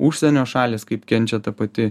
užsienio šalys kaip kenčia ta pati